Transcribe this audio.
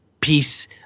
peace